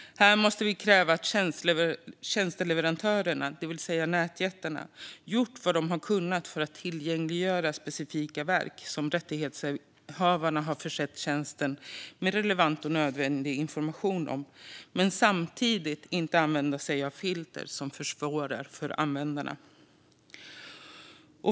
Här måste vi kräva att tjänsteleverantörerna, det vill säga nätjättarna, har gjort vad de har kunnat för att tillgängliggöra specifika verk som rättighetshavarna har försett tjänsten med relevant och nödvändig information om men samtidigt inte använda sig av filter som försvårar för användarna.